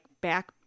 back